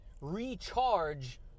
recharge